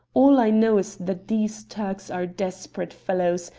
all i know is that these turks are desperate fellows,